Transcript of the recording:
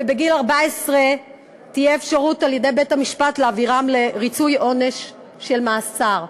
ובגיל 14 תהיה אפשרות על-ידי בית-המשפט להעבירם לריצוי עונש של מאסר.